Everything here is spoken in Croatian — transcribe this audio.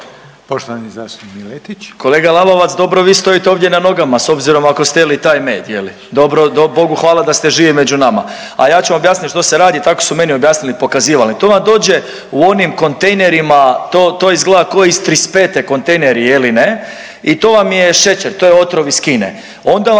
Poštovani zastupnik Miletić.